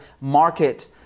market